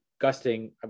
gusting